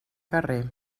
carrer